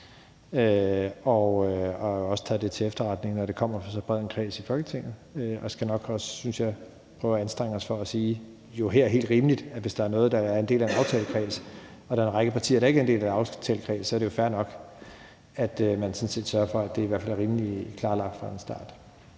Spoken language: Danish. og også tager det til efterretning, når det kommer fra så bred en kreds i Folketinget. Vi skal nok også prøve at anstrenge os for at sige, og her er det helt rimeligt, at hvis der er noget, der er en del af en aftalekreds, og der er en række partier, der ikke er en del af den aftalekreds, er det jo fair nok, at man sørger for, at det i hvert fald er rimelig klarlagt fra en start.